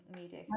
media